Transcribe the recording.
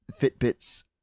fitbit's